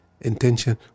intention